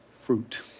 fruit